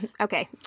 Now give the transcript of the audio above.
Okay